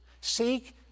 Seek